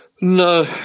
No